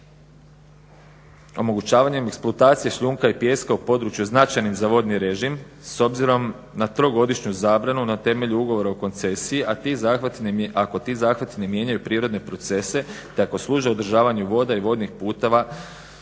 Omogućavanjem eksploatacije šljunka i pijeska u području značajnim za vodni režim s obzirom na trogodišnju zabranu na temelju ugovora o koncesiji ako ti zahvati ne mijenjaju prirodne procese, te ako služe održavanju voda i vodnih putova